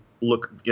look